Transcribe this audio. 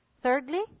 Thirdly